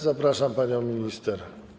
Zapraszam panią minister.